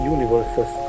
Universes